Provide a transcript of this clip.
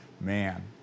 Man